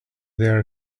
there